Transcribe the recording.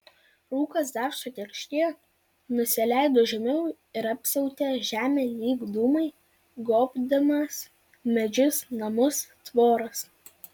rūkas dar sutirštėjo nusileido žemiau ir apsiautė žemę lyg dūmai gobdamas medžius namus tvoras